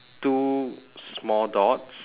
two small dots